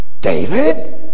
David